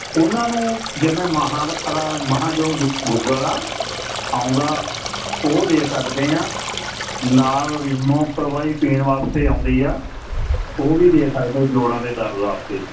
ਉਨ੍ਹਾਂ ਨੂੰ ਜਿਵੇਂ ਮਹਾਂ ਮਹਾਂ ਯੋਗ ਗੂਗਲ ਆ ਆਉਂਦਾ ਉਹ ਦੇ ਸਕਦੇ ਹਾਂ ਨਾਲ ਰੀਮੋ ਪ੍ਰਵਾਈ ਪੀਣ ਵਾਸਤੇ ਆਉਂਦੀ ਆ ਉਹ ਵੀ ਦੇ ਸਕਦੇ ਜੋੜਾਂ ਦੇ ਦਰਦ ਵਾਸਤੇ